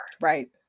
Right